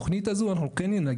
איטית, ולכן אנחנו רוצים